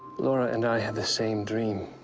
laura and i had the same dream.